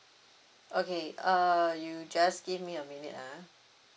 okay uh you just give me a minute ah